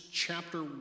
chapter